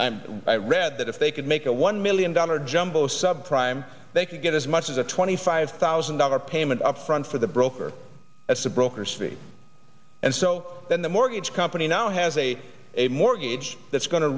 i'm i read that if they could make a one million dollar jumbo sub prime they could get as much as a twenty five thousand dollar payment up front for the broker that's a broker see and so then the mortgage company now has a a mortgage that's going to